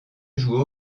jouent